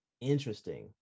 interesting